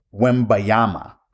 Wembayama